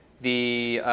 the